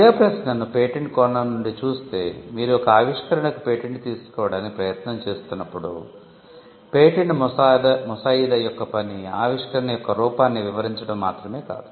ఇదే ప్రశ్నను పేటెంట్ కోణం నుండి చూస్తే మీరు ఒక ఆవిష్కరణకు పేటెంట్ తీసుకోవడానికి ప్రయత్నం చేస్తున్నప్పుడు పేటెంట్ ముసాయిదా యొక్క పని ఆవిష్కరణ యొక్క రూపాన్ని వివరించడం మాత్రమే కాదు